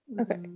Okay